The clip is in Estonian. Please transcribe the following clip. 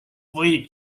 või